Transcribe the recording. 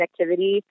connectivity